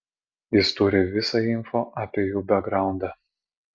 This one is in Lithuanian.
jis turi visą info apie jų bekgraundą